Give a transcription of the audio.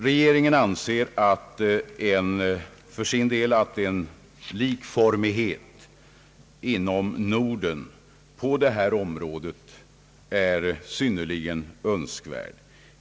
Regeringen anser att en likformighet inom Norden på detta område är synnerligen önskvärd.